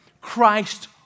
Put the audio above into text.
Christ